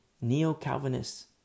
neo-Calvinists